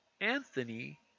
Anthony